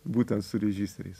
būtent su režisieriais